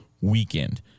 weekend